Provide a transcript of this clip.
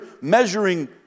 measuring